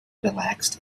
relaxed